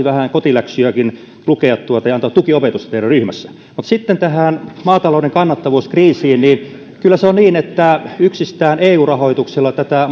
vähän kotiläksyjäkin lukea ja antaa tukiopetusta teidän ryhmässä mutta sitten tähän maatalouden kannattavuuskriisiin kyllä se on niin että yksistään eu rahoituksella tätä